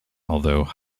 although